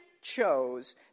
chose